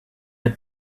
had